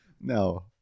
No